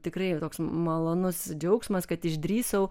tikrai toks malonus džiaugsmas kad išdrįsau